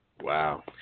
Wow